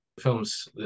Films